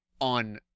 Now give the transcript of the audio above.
on